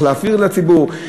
איך להפעיל את הציבור,